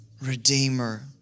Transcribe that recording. Redeemer